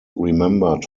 remembered